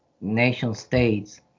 nation-states